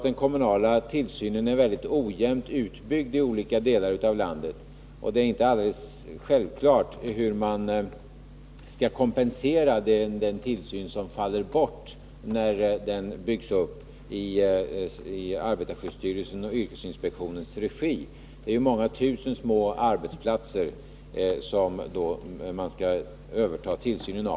Den kommunala tillsynen är vidare mycket ojämnt utbyggd i olika delar av landet, och det är inte alldeles självklart hur man skall kompensera den tillsyn som där faller bort genom att den som bedrivs i arbetarskyddsstyrelsens och yrkesinspektionens regi byggs ut. Det är fråga om ett överförande av tillsynen vid många tusen små arbetsplatser.